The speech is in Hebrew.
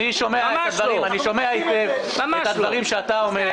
אני שומע היטב את הדברים שאתה אומר,